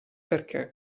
perché